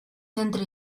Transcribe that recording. centro